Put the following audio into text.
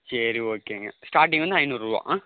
சரி ஓகேங்க ஸ்டார்டிங் வந்து ஐந்நூறுபா ஆ